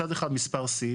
מצד אחד, מספר שיא.